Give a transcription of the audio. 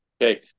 Okay